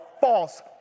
false